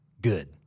good